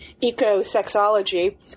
eco-sexology